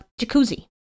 jacuzzi